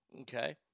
Okay